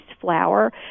flour